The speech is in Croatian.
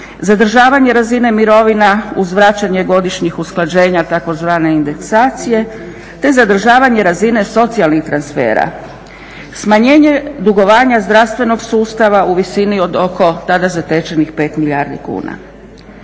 zadržavanje razine mirovina uz vraćanje godišnjih usklađenja, tzv. indeksacije, te zadržavanje razine socijalnih transfera, smanjenje dugovanja zdravstvenog sustava u visini od oko tada zatečenih 5 milijardi kuna.